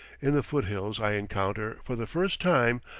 in the foothills i encounter, for the first time,